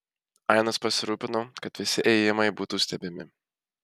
ainas pasirūpino kad visi įėjimai būtų stebimi